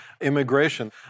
immigration